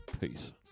Peace